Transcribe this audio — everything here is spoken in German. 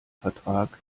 vertrag